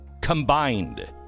combined